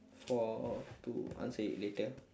for to answer it later